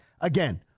Again